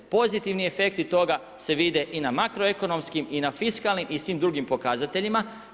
Pozitivni efekti toga se vide i na makroekonomskim i na fiskalnim i svim drugim pokazateljima.